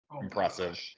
impressive